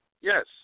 Yes